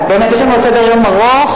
באמת יש לנו עוד סדר-יום ארוך,